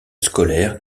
scolaire